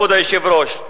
כבוד היושב-ראש,